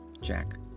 Jack